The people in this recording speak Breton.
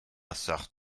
seurt